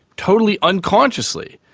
totally unconsciously.